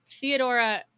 Theodora